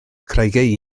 creigiau